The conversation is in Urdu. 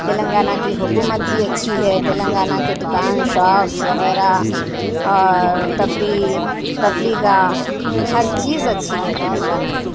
تلنگانہ کی حکومت بھی اچھی ہے تلنگانہ کے دکان شاپس وغیرہ تفریح تفریح گاہ ہر چیز اچھی ہے تلنگانہ کی